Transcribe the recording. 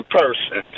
person